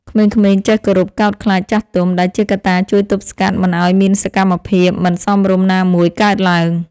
ក្មេងៗចេះគោរពកោតខ្លាចចាស់ទុំ ដែលជាកត្តាជួយទប់ស្កាត់មិនឱ្យមានសកម្មភាពមិនសមរម្យណាមួយកើតឡើង។